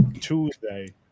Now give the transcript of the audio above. Tuesday